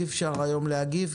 אי-אפשר היום להגיב,